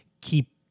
keep